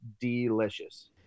delicious